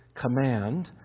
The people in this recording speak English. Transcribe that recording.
command